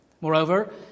Moreover